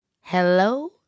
Hello